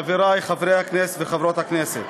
חברי חברי הכנסת וחברות הכנסת,